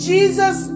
Jesus